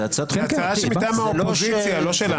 זו הצעה מטעם האופוזיציה, לא שלנו.